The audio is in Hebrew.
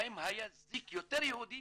בהם היה זיק יותר יהודי